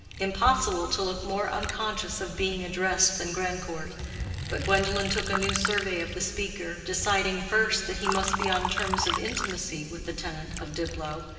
impossible to look more unconscious of being addressed than grandcourt but gwendolen took a new survey of the speaker, deciding, first, that he must be on terms of intimacy with the tenant of diplow,